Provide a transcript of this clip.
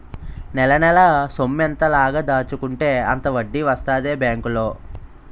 నెలనెలా సొమ్మెంత లాగ దాచుకుంటే అంత వడ్డీ వస్తదే బేంకులో